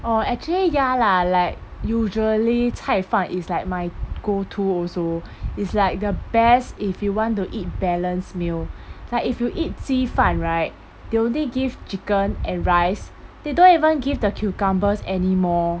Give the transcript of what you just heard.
oh actually ya lah like usually 菜饭 is like my go-to also it's like the best if you want to eat balanced meal like if you eat 鸡饭 right they only give chicken and rice they don't even give the cucumbers anymore